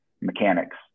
mechanics